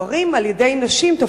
גברים על-ידי נשים כמקשה אחת,